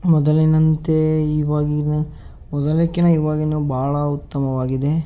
ಮೊದಲಿನಂತೆ ಈವಾಗಿನ ಮೊದಲಕ್ಕಿನ ಈವಾಗಿನ ಭಾಳ ಉತ್ತಮವಾಗಿದೆ